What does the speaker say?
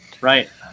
right